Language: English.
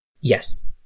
Yes